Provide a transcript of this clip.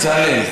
בצלאל,